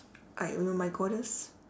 like you know my goddess